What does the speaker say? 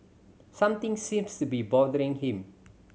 something seems to be bothering him